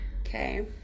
Okay